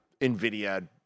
Nvidia